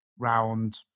round